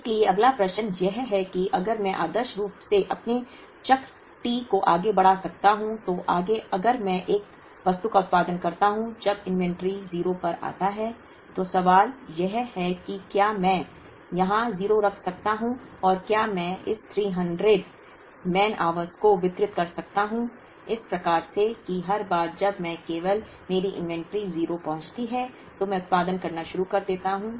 इसलिए अगला प्रश्न यह है कि अगर मैं आदर्श रूप से अपने चक्र T को आगे बढ़ा सकता हूं तो आगे अगर मैं एक वस्तु का उत्पादन करता हूं जब इन्वेंट्री 0 पर आता है तो सवाल यह है कि क्या मैं यहां 0 रख सकता हूं और क्या मैं इस 300 मैन अवर को वितरित कर सकता हूं इस प्रकार से कि हर बार जब मैं केवल मेरी इन्वेंटरी 0 पहुंचती है तो मैं उत्पादन करना शुरू कर देता हूं